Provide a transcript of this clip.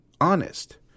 honest